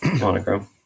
monochrome